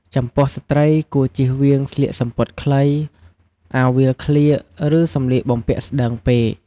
ចំពោះស្ត្រីគួរជៀសវាងស្លៀកសំពត់ខ្លី អាវវាលក្លៀក ឬសម្លៀកបំពាក់ស្តើងពេក។